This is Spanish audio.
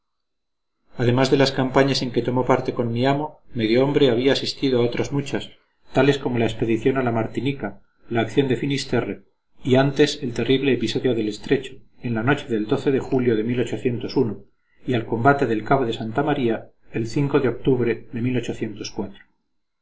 además de las campañas en que tomó parte con mi amo medio hombre había asistido a otras muchas tales como la expedición a la martinica la acción de finisterre y antes el terrible episodio del estrecho en la noche del de julio de y al combate del cabo de santa maría en de octubre de